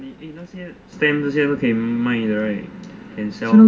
eh 那些 stamp 这些可以卖的 right can sell